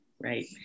right